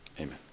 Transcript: Amen